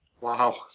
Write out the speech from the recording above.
Wow